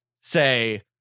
say